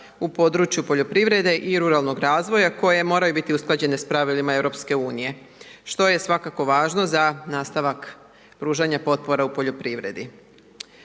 u području poljoprivrede i ruralnog razvoja koje moraju biti usklađene sa pravilima EU-a što je svakako važno za nastavak pružanja potpore u poljoprivredi.